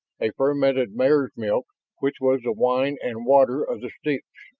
a fermented mare's milk which was the wine and water of the steppes.